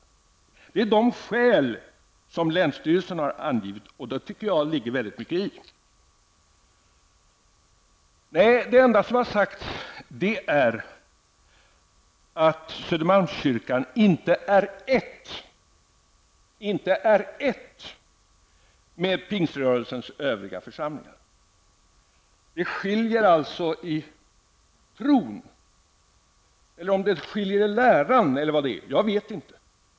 Det är de skäl som länsstyrelsen har angivit. Jag tycker att det ligger väldigt mycket i dem. Nej, det enda som har sagts är att Södermalmskyrkan inte är ett med pingströrelsens övriga församlingar. Det skiljer alltså i tron eller kanske i läran, jag vet inte.